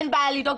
אין בעיה לדאוג,